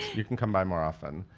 you can come by more often.